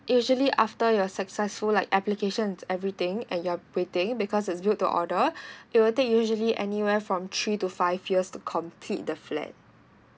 usually after your successful like applications everything and you're waiting because it's build to order it will take usually anywhere from three to five years to complete the flat